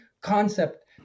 concept